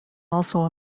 also